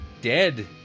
dead